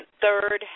third